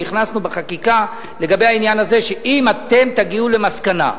והכנסנו בחקיקה לגבי העניין הזה שאם אתם תגיעו למסקנה,